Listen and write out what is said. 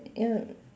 ya